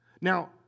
Now